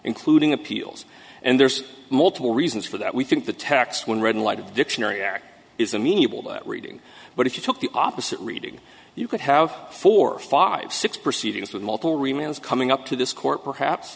including appeals and there's multiple reasons for that we think the tax when read in light of dictionary eric is amenable that reading but if you took the opposite reading you could have four five six proceedings with multiple remains coming up to this court perhaps